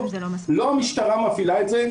לא המשטרה מפעילה את זה.